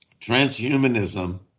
transhumanism